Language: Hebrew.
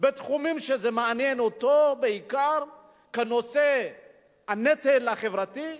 בתחומים שמעניינים אותו בעיקר כנושא הנטל החברתי.